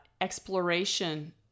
exploration